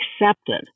accepted